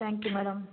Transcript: thank you madam